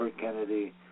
Kennedy